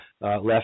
left